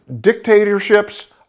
dictatorships